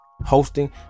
Hosting